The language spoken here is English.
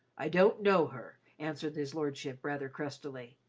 i don't know her, answered his lordship rather crustily.